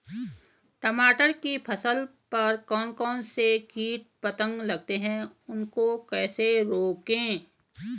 टमाटर की फसल पर कौन कौन से कीट पतंग लगते हैं उनको कैसे रोकें?